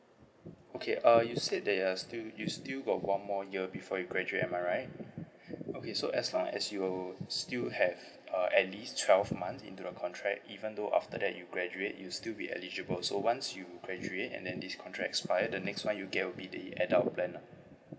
okay uh you said that you are still you still got one more year before you graduate am I right okay so as long as you still have uh at least twelve months into the contract even though after that you graduate you still be eligible so once you graduate and then this contract expired the next one you get will be the adult plan lah